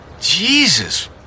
Jesus